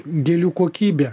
gėlių kokybę